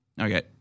Okay